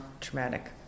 traumatic